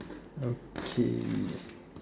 okay